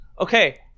Okay